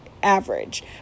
Average